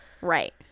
Right